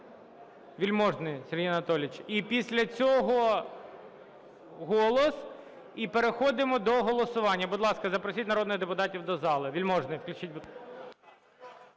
Вельможний Сергій Анатолійович. І після цього - "Голос". І переходимо до голосування. Будь ласка, запросіть народних депутатів до зали. Вельможний. Включіть,